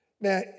Now